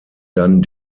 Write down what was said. dann